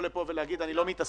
לקרן